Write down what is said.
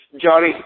Johnny